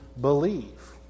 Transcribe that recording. believe